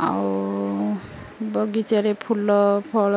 ଆଉ ବଗିଚାରେ ଫୁଲ ଫଳ